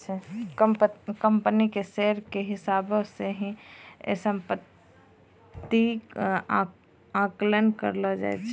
company के share के हिसाबौ से ही सम्पत्ति रो आकलन करलो जाय छै